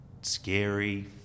scary